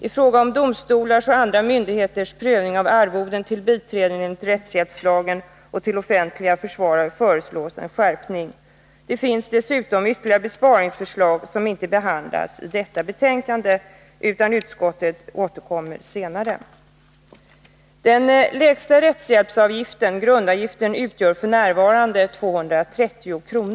I fråga om domstolars och andra myndigheters prövning av arvoden till biträden enligt rättshjälpslagen och till offentliga försvarare föreslås skärpning. Det finns dessutom andra besparingsförslag som inte behandlas i detta betänkande, utan utskottet återkommer till dem senare. Den lägsta rättshjälpsavgiften — grundavgiften— utgör f. n. 230 kr.